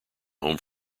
home